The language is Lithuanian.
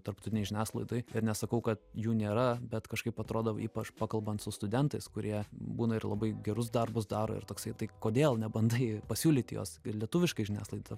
tarptautinėj žiniasklaidoj ir nesakau kad jų nėra bet kažkaip atrodo ypač pakalbant su studentais kurie būna ir labai gerus darbus daro ir toksai tai kodėl nebandai pasiūlyti jos ir lietuviškai žiniasklaida